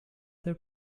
their